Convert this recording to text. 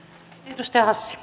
arvoisa